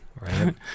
Right